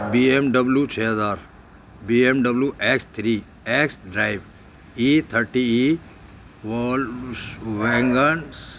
be M W چھ ہزار B M W X three X drive E thirty E Volvos ویگنس